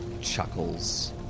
chuckles